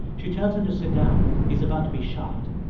she tells him to sit down he's about to be shocked.